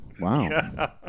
Wow